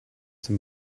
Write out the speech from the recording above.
dem